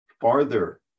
farther